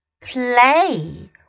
Play